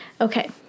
Okay